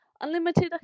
unlimited